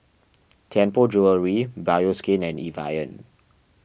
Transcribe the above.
Tianpo Jewellery Bioskin and Evian